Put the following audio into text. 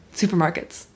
supermarkets